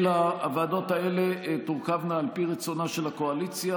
הוועדות האלה תורכבנה על פי רצונה של הקואליציה,